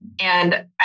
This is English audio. And-